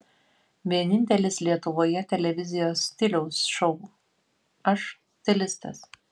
vienintelis lietuvoje televizijos stiliaus šou aš stilistas